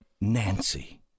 Nancy